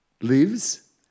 lives